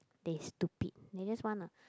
they stupid they just wanna